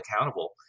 accountable